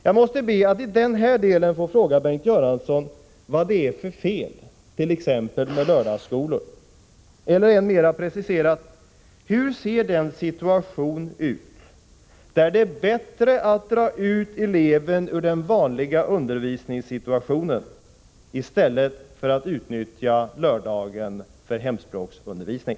Jag måste i den här delen få fråga Bengt Göransson vad det är för fel med t.ex. lördagsskolor. Eller, mera preciserat: Hur ser den situation ut där det är bättre att dra ut eleven ur den vanliga undervisningen än att utnyttja lördagen för hemspråksundervisning?